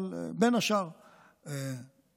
אבל בין השאר פה,